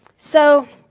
so,